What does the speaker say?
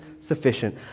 sufficient